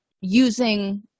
using